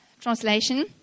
Translation